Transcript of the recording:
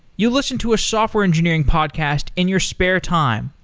you listen to a software engineering podcast in your spare time,